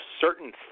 certain